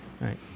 Right